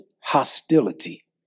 hostility